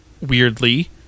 weirdly